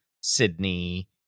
Sydney